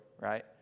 right